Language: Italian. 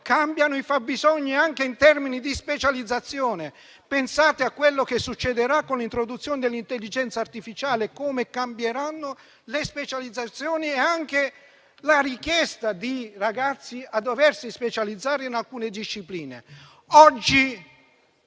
cambiano i fabbisogni anche in termini di specializzazione. Pensate a quello che succederà con l'introduzione dell'intelligenza artificiale, come cambieranno le specializzazioni e anche la richiesta dei ragazzi di specializzarsi in alcune discipline.